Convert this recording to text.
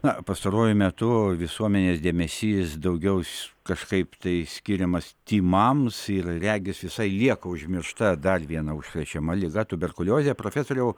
na pastaruoju metu visuomenės dėmesys daugiau jis kažkaip tai skiriamas tymams ir regis visai lieka užmiršta dar viena užkrečiama liga tuberkuliozė profesoriau